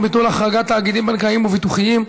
ביטול החרגת תאגידים בנקאיים וביטוחיים),